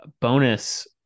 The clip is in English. bonus